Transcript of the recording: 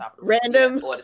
Random